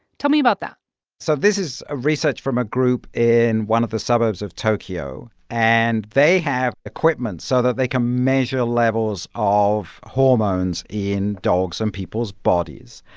tell me about that so this is ah research from a group in one of the suburbs of tokyo, and they have equipment so that they can measure levels of hormones in dogs' and people's bodies.